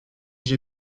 j’ai